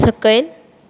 सकयल